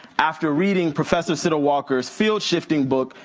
after reading professor siddle walker's field shifting book,